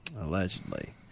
Allegedly